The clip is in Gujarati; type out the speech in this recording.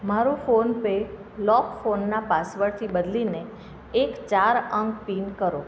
મારું ફોનપે લોક ફોનનાં પાસવર્ડથી બદલીને એક ચાર અંક પીન કરો